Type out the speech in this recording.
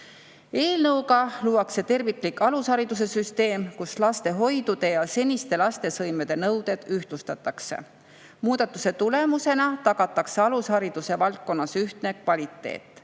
kohaselt luuakse terviklik alushariduse süsteem, kus lastehoidude ja seniste lastesõimede nõuded ühtlustatakse. Muudatuse tulemusena tagatakse alushariduse valdkonnas ühtne kvaliteet.